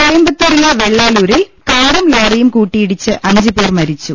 കോയമ്പത്തൂരിലെ വെള്ളാലൂരിൽ കാറും ലോറിയും കൂട്ടിയിടിച്ച് അഞ്ചു പേർ മരിച്ചു